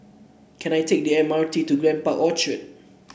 can I take the M R T to Grand Park Orchard